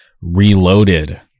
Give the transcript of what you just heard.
Reloaded